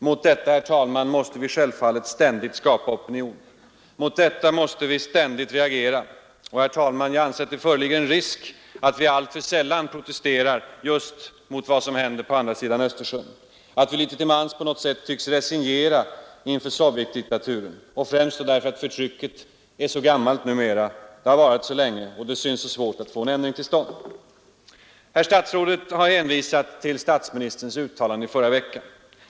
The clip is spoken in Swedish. Mot detta, herr talman, måste vi självfallet ständigt skapa opinion och ständigt reagera. Jag anser att det föreligger en risk för att vi alltför sällan protesterar just mot vad som händer på andra sidan Östersjön, att vi litet till mans på något sätt tycks resignera inför Sovjetdiktaturen, främst då därför att förtrycket är av så gammalt datum — det har varat så länge. Därför tycks det oss svårt att få en ändring till stånd. Herr statsrådet har hänvisat till statsministerns uttalande i förra veckan.